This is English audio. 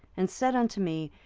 and said unto me,